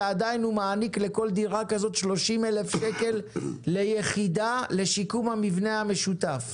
ועדיין הוא מעניק לכל דירה כזאת 30,000 שקל ליחידה לשיקום המבנה המשותף.